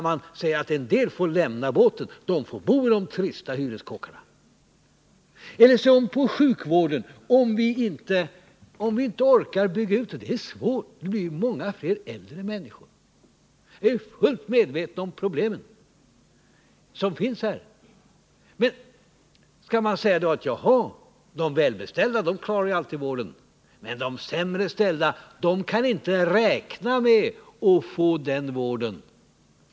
Man säger att en del får lämna båten, dvs. bo i de trista hyreskåkarna. Eller se på sjukvården! Jag är fullt medveten om att det är oerhört svårt att bygga ut den, eftersom vi nu har många fler äldre människor än tidigare. Men skall vi då säga att de välbeställda alltid klarar sin vårdfråga men att de sämre ställda inte kan räkna med att få en motsvarande vård?